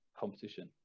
competition